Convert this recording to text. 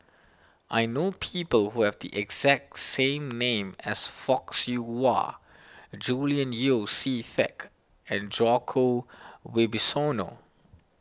I know people who have the exact same name as Fock Siew Wah Julian Yeo See Teck and Djoko Wibisono